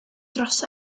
dros